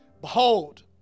Behold